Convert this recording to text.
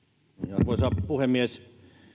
arvoisa puhemies